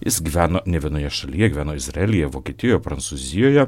jis gyveno ne vienoje šalyje gyveno izraelyje vokietijoje prancūzijoje